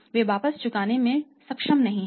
वे वापस चुकाने में सक्षम नहीं हैं